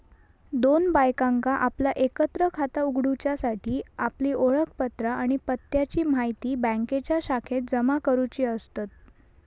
दोन बायकांका आपला एकत्र खाता उघडूच्यासाठी आपली ओळखपत्रा आणि पत्त्याची म्हायती बँकेच्या शाखेत जमा करुची असतत